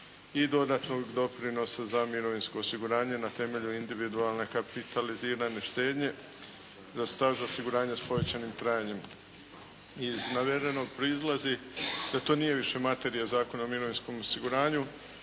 i dodatnog doprinosa za mirovinsko osiguranje na temelju individualne kapitalizirane štednje za staž osiguranja s povećanim trajanjem. Iz navedenog proizlazi da to nije više materija Zakona o mirovinskom osiguranju,